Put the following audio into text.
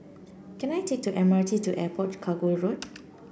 can I take the M R T to Airport Cargo Road